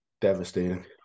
devastating